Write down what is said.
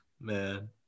man